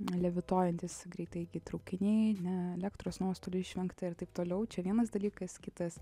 levituojantys greitaeigiai traukiniai ne elektros nuostolių išvengta ir taip toliau čia vienas dalykas kitas